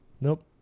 Nope